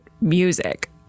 music